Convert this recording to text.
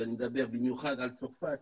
ואני מדבר במיוחד על צרפת,